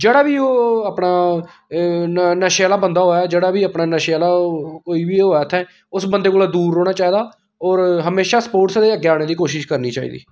जेह्ड़ा बी ओह अपना नशे आह्ला बंदा होऐ जेह्ड़ा बी अपना नशे आह्ला ओह् कोई बी होऐ उत्थै उस बंदे कोला दूर रौह्ना चाहिदा होर हमेशा स्पोर्टस दे अग्गें आने दी कोशश करनी चाहिदी